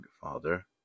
Father